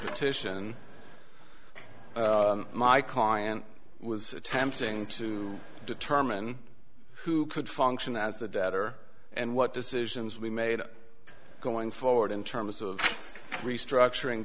titian my client was attempting to determine who could function as the debtor and what decisions we made going forward in terms of restructuring